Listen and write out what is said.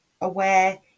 aware